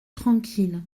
tranquille